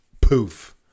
poof